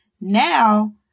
now